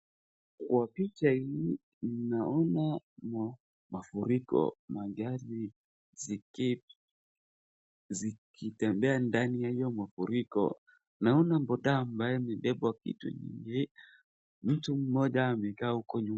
Kwa picha hii, ninaona mafuriko magari zikitembea ndani ya hiyo mafuriko, naona boda ambaye amebaba vitu nyingi mtu mmoja amekaa huko nyuma.